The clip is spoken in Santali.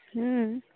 ᱦᱮᱸ